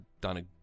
done